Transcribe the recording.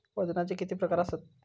वजनाचे किती प्रकार आसत?